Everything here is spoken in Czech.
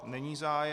Není zájem.